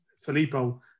Filippo